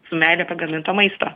su meile pagaminto maisto